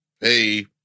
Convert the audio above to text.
Hey